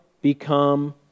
become